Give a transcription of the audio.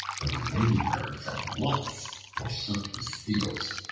the remaining birds at once forsook his fields,